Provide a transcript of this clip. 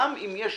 גם אם יש